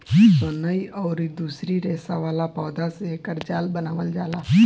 सनई अउरी दूसरी रेसा वाला पौधा से एकर जाल बनावल जाला